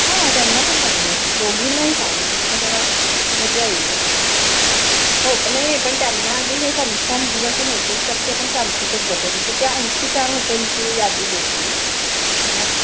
हां त्यांना पण सांगू दोघींनाही सांग म्हणजे मग जरा मजा येईल जरा हो पण नाही नाही पण त्यांना आधी हे कन्फम म्हणजे असं मेसेज टाक की आपण क्रांतीतच जातो आहे नाहीतर त्या आणखी चार हॉटेलची यादी देतील आणि मग